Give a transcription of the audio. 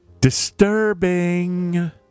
Disturbing